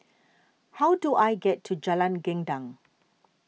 how do I get to Jalan Gendang